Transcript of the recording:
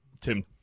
tim